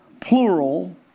plural